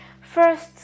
first